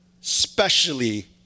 specially